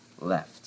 left